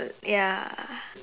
ya